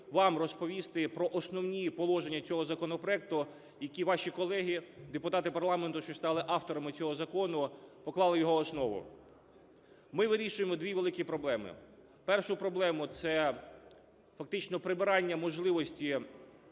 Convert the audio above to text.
вам розповісти про основні положення цього законопроекту, які ваші колеги депутати парламенту, що стали авторами цього закону, поклали в його основу. Ми вирішуємо 2 великі проблеми. Першу проблему – це фактично прибирання можливості